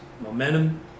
Momentum